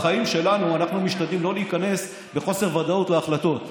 בחיים שלנו אנחנו משתדלים שלא להיכנס בחוסר ודאות להחלטות.